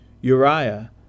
Uriah